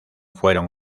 fueron